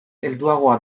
helduagoa